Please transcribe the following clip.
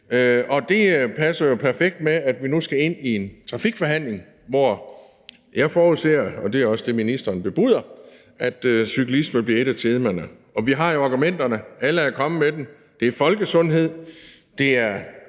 og det passer jo perfekt med, at vi nu skal ind til en trafikforhandling, hvor jeg forudser – og det er også det, ministeren bebuder – at cyklisme bliver et af temaerne. Og vi har jo argumenterne; alle er kommet med dem: Det er folkesundhed, det er